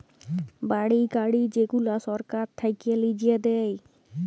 বাড়ি, গাড়ি যেগুলা সরকার থাক্যে লিজে দেয়